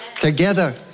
together